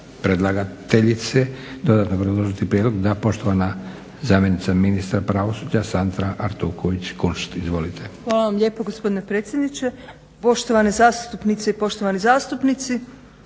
predlagateljice dodatno obrazložiti prijedlog? Da. Poštovana zamjenica ministra pravosuđa, Sandra Artuković-Kunšt. **Artuković Kunšt, Sandra** Hvala vam lijepo gospodine predsjedniče. Poštovane zastupnice i poštovani zastupnici.